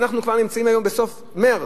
ואנחנו נמצאים עכשיו בסוף מרס,